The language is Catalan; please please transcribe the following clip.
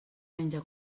menja